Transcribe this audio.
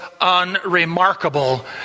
unremarkable